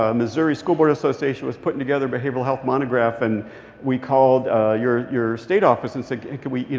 ah missouri school board association was putting together a behavioral health monograph, and we called your your state office and said, can can we you